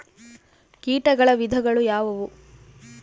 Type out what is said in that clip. ಕೇಟಗಳ ವಿಧಗಳು ಯಾವುವು?